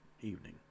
evening